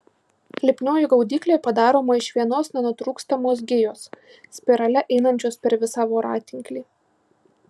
lipnioji gaudyklė padaroma iš vienos nenutrūkstamos gijos spirale einančios per visą voratinklį